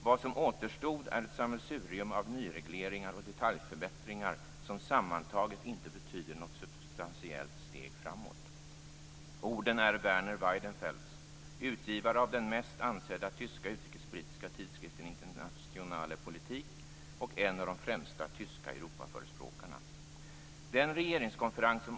Vad som återstod är ett sammelsurium av nyregleringar och detaljförbättringar som sammantaget inte betyder något substantiellt steg framåt." Orden är Werner Weidenfelds, utgivare av den mest ansedda tyska utrikespolitiska tidskriften Internationale Politik och en av de främsta tyska Europaförespråkarna.